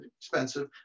expensive